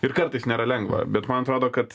ir kartais nėra lengva bet man atrodo kad